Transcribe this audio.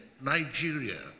Nigeria